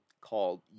called